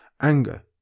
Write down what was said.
anger